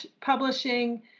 publishing